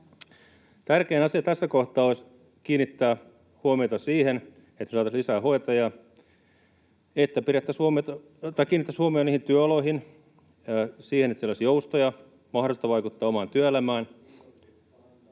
Tärkein asia tässä kohtaa olisi kiinnittää huomiota siihen, että me saataisiin lisää hoitajia ja että kiinnitettäisiin huomiota niihin työoloihin, siihen, että siellä olisi joustoja, mahdollisuutta vaikuttaa oman työelämään,